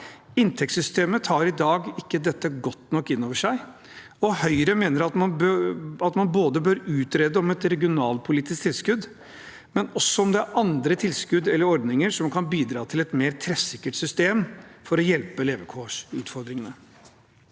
Inntektssystemet tar i dag ikke dette godt nok inn over seg. Høyre mener at man bør utrede et regionalpolitisk tilskudd, men også se på om det er andre tilskudd eller ordninger som kan bidra til et mer treffsikkert system for å hjelpe til med levekårsutfordringene.